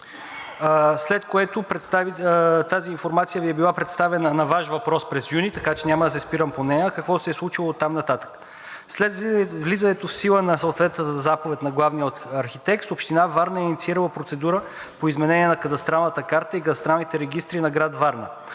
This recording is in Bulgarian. след което тази информация Ви е била представена на Ваш въпрос през юни, така че няма да се спирам по нея, а какво се е случило оттам нататък. След влизането в сила на съответната заповед на главния архитект община Варна е инициирала процедура по изменение на кадастралната карта и кадастралните регистри на град Варна.